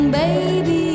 baby